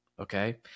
Okay